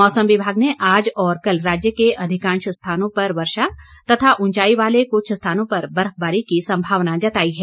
मौसम विभाग ने आज और कल राज्य के अधिकांश स्थानों पर वर्षा तथा ऊंचाई वाले कुछ स्थानों पर बर्फबारी की संभावना जताई है